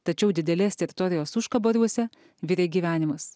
tačiau didelės teritorijos užkaboriuose virė gyvenimas